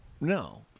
No